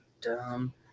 dumb